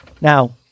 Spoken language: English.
Now